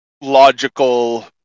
logical